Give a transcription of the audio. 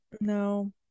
no